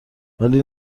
ولی